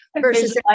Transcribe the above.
Versus